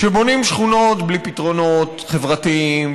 כשבונים שכונות בלי פתרונות חברתיים,